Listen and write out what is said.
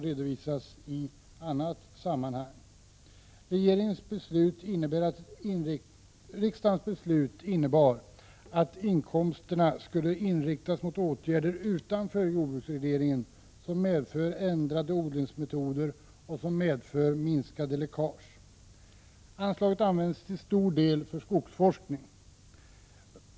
Riksdagens beslut innebär att inkomsterna skall inriktas mot åtgärder utanför jordbruksregleringen, vilket medför ändrade odlingsmetoder och minskade läckage. Anslaget används till stor del för skogsforskning.